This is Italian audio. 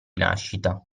nascita